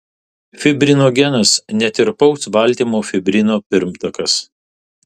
fibrinogenas netirpaus baltymo fibrino pirmtakas